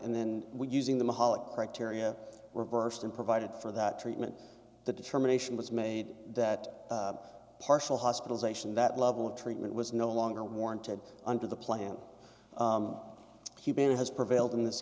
and then we using the mahal a criteria reversed and provided for that treatment the determination was made that partial hospitalization that level of treatment was no longer warranted under the plan he has prevailed in this